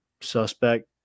suspect